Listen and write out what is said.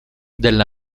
della